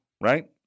right